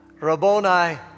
Rabboni